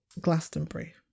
Glastonbury